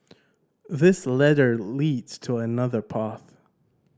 this ladder leads to another path